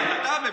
אתה הממשלה.